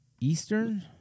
eastern